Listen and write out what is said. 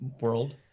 world